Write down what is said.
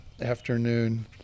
afternoon